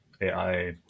AI